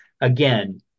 Again